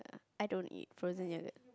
I don't eat frozen yoghurt